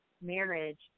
marriage